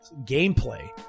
gameplay